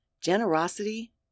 generosity